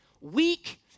weak